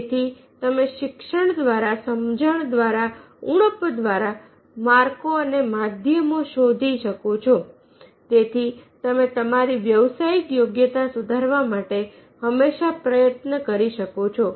તેથી તમે શિક્ષણ દ્વારા સમજણ દ્વારા ઊણપ દ્વારા માર્કો અને માધ્યમો શોધી શકો છો તેથી તમે તમારી વ્યવસાયિક યોગ્યતા સુધારવા માટે હંમેશા પ્રયત્ન કરી શકો છો